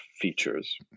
features